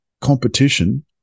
competition